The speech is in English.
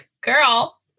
Girl